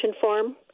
form